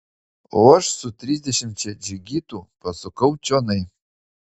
o aš su trisdešimčia džigitų pasukau čionai